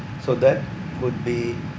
so that would be